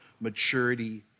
maturity